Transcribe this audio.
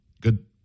Good